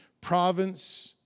province